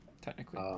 technically